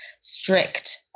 strict